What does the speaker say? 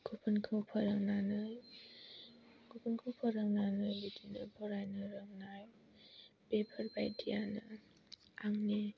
गुबुनखौ फोरोंनानै गुबुनखौ फोरोंनानै बिदिनो फरायनो रोंनाय बेफोरबायदियानो आंनि